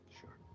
Sure